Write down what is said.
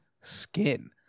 skin